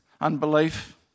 unbelief